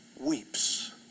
Weeps